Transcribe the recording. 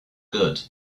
good